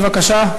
בבקשה,